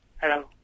Hello